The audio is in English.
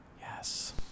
Yes